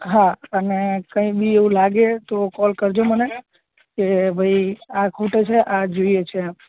હા અને કંઈ બી એવું લાગે તો કોલ કરજો મને કે ભાઈ આ ખૂટે છે આ જોઈએ છે એમ